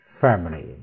family